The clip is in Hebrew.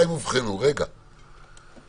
ברור